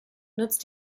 nutzt